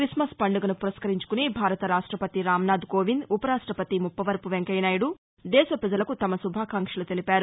Christmas పండుగను పురస్కరించుకుని భారత రాష్టపతి రాంనాథ్ కోవింద్ ఉప రాష్టపతి ముప్పవరపు వెంకయ్యనాయుడు దేశ ప్రజలకు తమ శుభాకాంక్షలు తెలిపారు